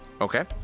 Okay